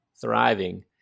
thriving